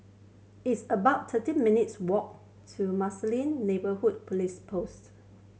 it's about thirteen minutes' walk to Marsiling Neighbourhood Police Post